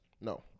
No